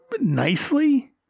nicely